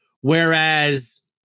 whereas